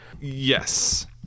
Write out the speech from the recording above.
Yes